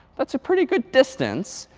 that's a pretty good distance.